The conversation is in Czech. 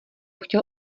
chtěl